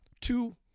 two